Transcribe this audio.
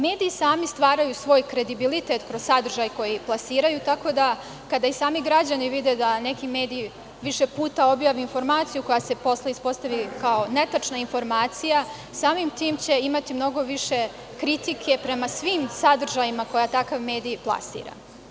Mediji sami stvaraju svoj kredibilitet kroz sadržaj koji plasiraju, tako da kada i sami građani vide da neki medij više puta objavi informaciju koja se posle ispostavi kao netačna informacija, samim tim će imati mnogo više kritike prema svim sadržajima koje takav medij plasira.